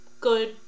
good